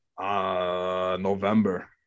November